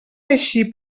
eixir